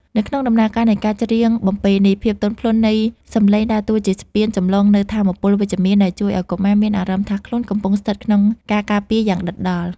នៅក្នុងដំណើរការនៃការច្រៀងបំពេនេះ ភាពទន់ភ្លន់នៃសំឡេងដើរតួជាស្ពានចម្លងនូវថាមពលវិជ្ជមាន ដែលជួយឱ្យកុមារមានអារម្មណ៍ថាខ្លួនកំពុងស្ថិតក្នុងការការពារយ៉ាងដិតដល់។